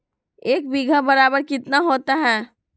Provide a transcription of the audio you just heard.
एक बीघा बराबर कितना होता है?